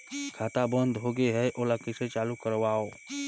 खाता बन्द होगे है ओला कइसे चालू करवाओ?